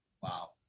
wow